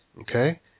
Okay